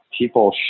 people